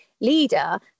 leader